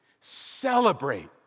celebrate